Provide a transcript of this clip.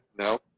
No